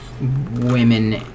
women